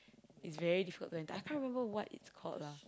is very difficult to enter I can't remember what it's called lah